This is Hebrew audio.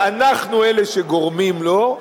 שאנחנו אלה שגורמים לו,